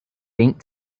bank